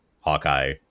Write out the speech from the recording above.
Hawkeye